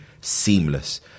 seamless